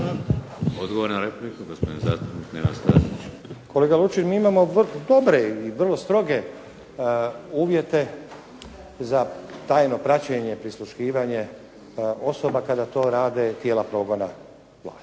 Odgovor na repliku gospodin zastupnik Nenad Stazić. **Stazić, Nenad (SDP)** Kolega Lučin, mi imamo dobre i vrlo stroge uvjete za tajno praćenje, prisluškivanje osoba kada to rade tijela progona vlast.